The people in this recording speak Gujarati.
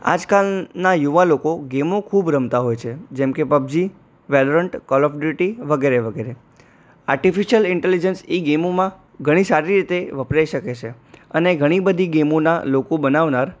આજકાલના યુવા લોકો ગેમો ખૂબ રમતા હોય છે જેમકે PUBG Valorant Call of Duty વગેરે વગેરે આર્ટિફિશ્યલ ઇન્ટેલિજન્સ એ ગેમોમાં ઘણી સારી રીતે વપરાઇ શકે છે અને ઘણી બધી ગેમોના લોકો બનાવનાર